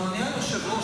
אדוני היושב-ראש,